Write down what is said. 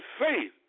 faith